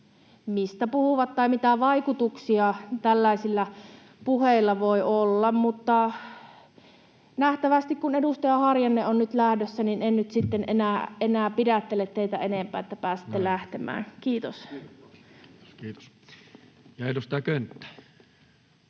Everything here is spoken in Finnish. mistä puhuvat tai mitä vaikutuksia tällaisilla puheilla voi olla. Mutta kun nähtävästi edustaja Harjanne on nyt lähdössä, niin en sitten enää pidättele teitä enempää, että pääsette lähtemään. — Kiitos. [Atte Harjanne: